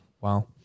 wow